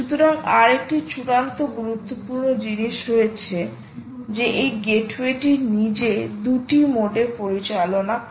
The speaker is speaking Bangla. সুতরাং আরেকটি চূড়ান্ত গুরুত্বপূর্ণ জিনিস রয়েছে যে এই গেটওয়েটি নিজে দুটি মোডে পরিচালনা করে